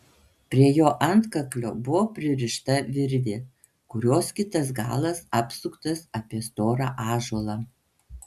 prie jo antkaklio buvo pririšta virvė kurios kitas galas apsuktas apie storą ąžuolą